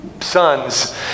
sons